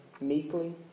meekly